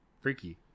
Freaky